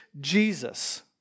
Jesus